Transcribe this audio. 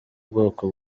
bwoko